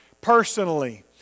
personally